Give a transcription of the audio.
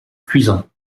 cuisant